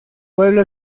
pueblo